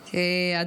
נכבדים,